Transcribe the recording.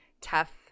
tough